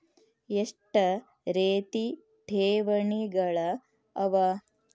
ಎಷ್ಟ ರೇತಿ ಠೇವಣಿಗಳ ಅವ?